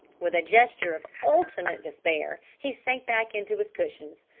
with a gesture of ultimate despair he sank back into his cushions.